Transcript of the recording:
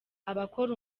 abakora